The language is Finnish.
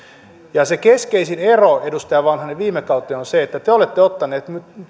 ja se keskeisin ero edustaja vanhanen viime kauteen on se että te olette ottaneet nyt